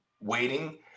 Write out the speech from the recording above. waiting